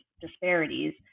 disparities